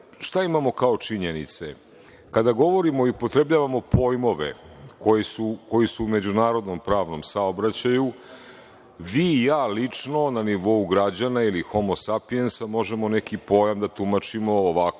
Šta imamo kao činjenice? Kada govorimo i upotrebljavamo pojmove koji su u međunarodnom pravnom saobraćaju, vi i ja lično na nivou građana ili homo sapiensa možemo neki pojam da tumačimo ovako